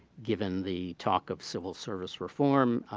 given the talk of civil service reform,